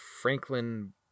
Franklin